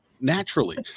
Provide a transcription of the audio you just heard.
Naturally